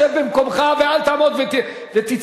שב במקומך ואל תעמוד ותצעק.